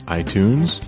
iTunes